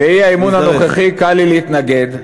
לאי-אמון הנוכחי קל לי להתנגד,